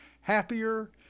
happier